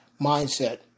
mindset